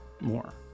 more